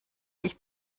ich